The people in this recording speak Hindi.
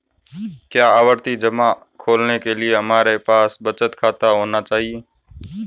क्या आवर्ती जमा खोलने के लिए हमारे पास बचत खाता होना चाहिए?